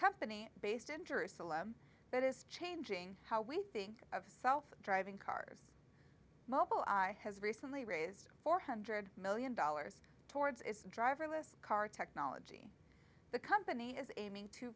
company based in jerusalem that is changing how we think of self driving cars mobile has recently raised four hundred million dollars towards its driverless car technology the company is aiming to